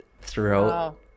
throughout